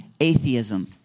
atheism